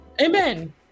Amen